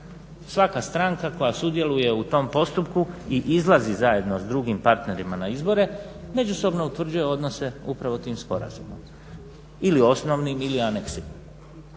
Svaka stranka koja sudjeluje u tom postupku i izlazi zajedno s drugim partnerima na izbore međusobno utvrđuje odnose upravo tim sporazumom, ili osnovnim ili aneksima.